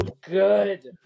good